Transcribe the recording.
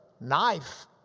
knife